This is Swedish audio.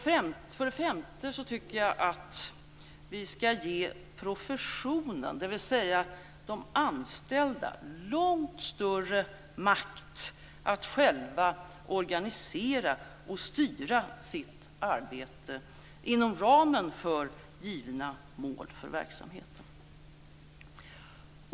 För det femte tycker jag att vi skall ge professionen, dvs. de anställda, långt större makt att själva organisera och styra sitt arbete inom ramen för givna mål för verksamheten.